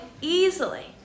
easily